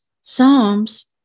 Psalms